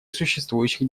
существующих